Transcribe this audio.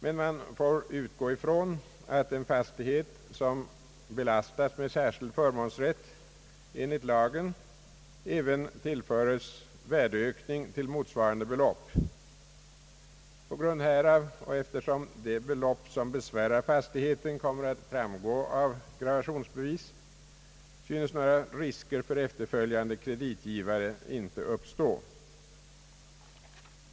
Men man får utgå ifrån att en fastighet, som belastas med särskild förmånsrätt enligt lagen, även tillföres värdeökning till motsvarande belopp. På grund härav och eftersom de belopp som besvärar fastigheten kommer att framgå av gravationsbevis synes några risker för efterföljande kreditgivare inte uppstå.